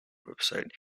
website